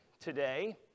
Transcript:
today